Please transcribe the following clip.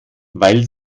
weil